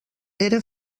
era